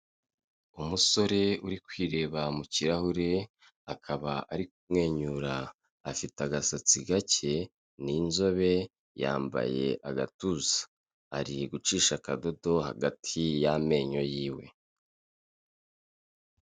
Umusore uri kwireba mu kirahure akaba ari kumwenyura, afite agasatsi gake, ni inzobe yambaye agatuza, ari gucisha akadodo hagati y'amenyo yiwe.